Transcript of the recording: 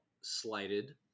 slighted